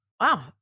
Wow